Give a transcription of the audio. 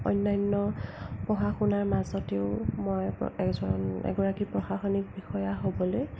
অন্যান্য পঢ়া শুনাৰ মাজতেও মই এজন এগৰাকী প্ৰশাসনিক বিষয়া হ'বলৈ